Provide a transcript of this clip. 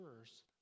first